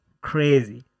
Crazy